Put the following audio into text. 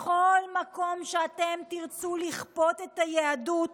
בכל מקום שאתם תרצו לכפות את היהדות